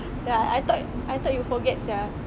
ya I thought I thought you forget sia